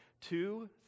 Two